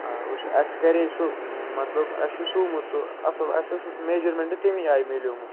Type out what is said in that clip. آ وُچھ اَسہِ کَرے سُہ مطلب اَسہِ چھُ سوٗمُت سُہ اَصٕل اَسہِ اوس میٚجَرمٮ۪نٛٹ تَمی آیہِ مِلیومُت